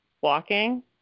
walking